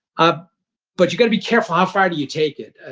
ah but you've got to be careful how far do you take it.